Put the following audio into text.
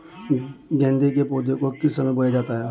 गेंदे के पौधे को किस समय बोया जाता है?